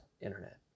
internet